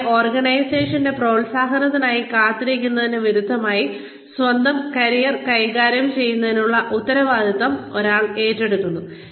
കൂടാതെ ഓർഗനൈസേഷന്റെ പ്രോത്സാഹനത്തിനായി കാത്തിരിക്കുന്നതിനു വിരുദ്ധമായി സ്വന്തം കരിയർ കൈകാര്യം ചെയ്യുന്നതിനുള്ള ഉത്തരവാദിത്തം ഒരാൾ ഏറ്റെടുക്കുന്നു